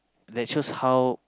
that shows how